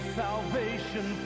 salvation